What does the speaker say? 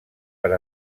per